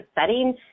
setting